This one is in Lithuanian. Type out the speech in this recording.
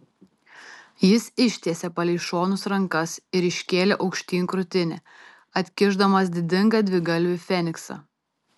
jis ištiesė palei šonus rankas ir iškėlė aukštyn krūtinę atkišdamas didingą dvigalvį feniksą